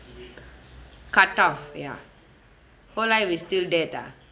cut off ya whole life is still dead ah